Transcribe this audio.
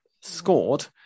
scored